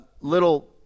little